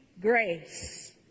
grace